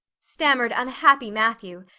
stammered unhappy matthew,